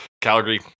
Calgary